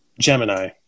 Gemini